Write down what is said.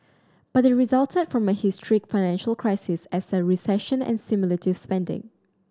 but they resulted from a historic financial crisis as a recession and stimulative spending